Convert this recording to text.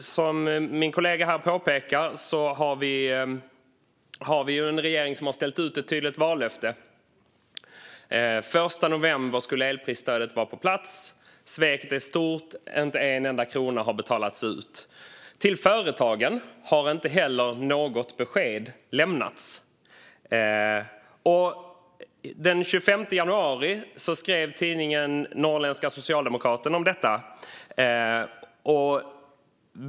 Som min kollega påpekade har vi en regering som har ställt ut ett tydligt vallöfte. Den 1 november skulle elprisstödet vara på plats. Sveket är stort. Inte en enda krona har betalats ut. Inte heller till företagen har något besked lämnats. Den 25 januari skrev tidningen Norrländska Socialdemokraten om detta.